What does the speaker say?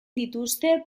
dituzte